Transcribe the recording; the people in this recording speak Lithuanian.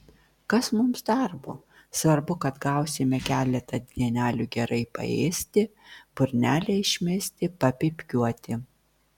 kas mums darbo svarbu kad gausime keletą dienelių gerai paėsti burnelę išmesti papypkiuoti